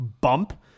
Bump